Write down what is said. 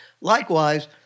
Likewise